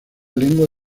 lengua